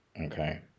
Okay